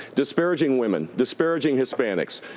disparaging women, disparaging hispanics,